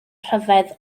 ryfedd